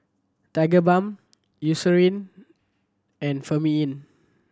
Tigerbalm Eucerin and Remifemin